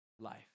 life